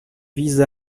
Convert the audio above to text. vise